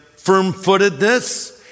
firm-footedness